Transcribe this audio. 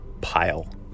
pile